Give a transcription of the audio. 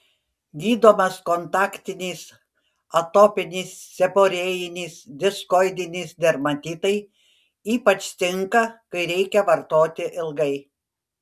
gydomas kontaktinis atopinis seborėjinis diskoidinis dermatitai ypač tinka kai reikia vartoti ilgai